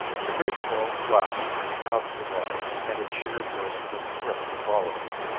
the great ball flashed out of the water, and a cheer burst from the throats of all of us.